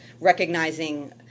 recognizing